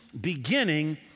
beginning